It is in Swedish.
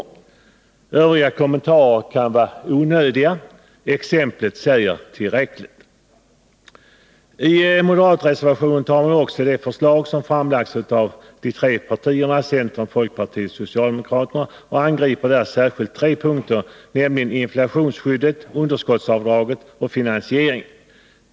Ytterligare kommentarer är överflödiga, exemplet säger tillräckligt. I moderatreservationen tar man också upp det förslag som framlagts av centern, folkpartiet och socialdemokraterna och angriper speciellt tre punkter, nämligen inflationsskyddet, underskottsavdraget och finansieringen.